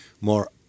more